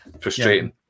frustrating